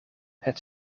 het